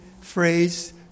phrase